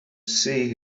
see